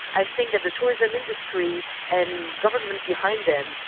i think that the tourism industry and governments behind them,